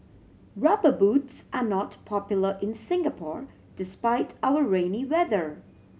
Rubber Boots are not popular in Singapore despite our rainy weather